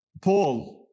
Paul